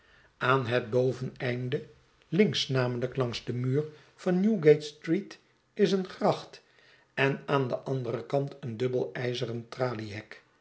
aan het boveneinde lmjks namelijk langs den muur van newgate s t'r e e t is een gracht en aan den anderen kant een dubbel ijzeren traliehek